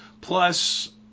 Plus